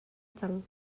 cang